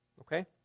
Okay